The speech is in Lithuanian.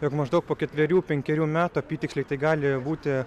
jog maždaug po ketverių penkerių metų apytiksliai gali būti